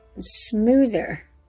smoother